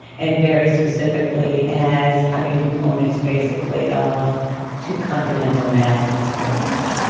and very specifically as having components basically of two continental masses, pretty much.